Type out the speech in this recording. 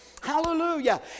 Hallelujah